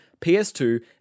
PS2